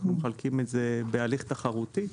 אנחנו מחלקים את זה בהליך תחרותי,